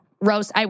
roast